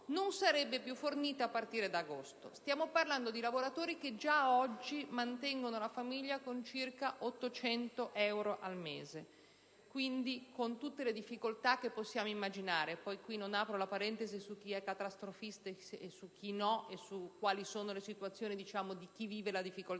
non sarebbe più concessa a partire da agosto. Stiamo parlando di lavoratori che già oggi mantengono la famiglia con circa 800 euro al mese, quindi con tutte le difficoltà che possiamo immaginare. Non apro una parentesi su chi è catastrofista e chi no e quali sono le situazioni di chi vive la difficoltà